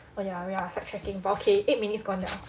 oh ya oh ya fact checking but okay eight minutes gone liao